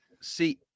See